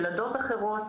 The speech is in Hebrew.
ילדות אחרות,